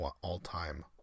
all-time